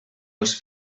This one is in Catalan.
els